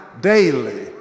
daily